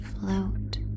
float